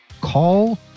call